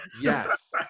Yes